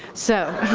so